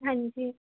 ਹਾਂਜੀ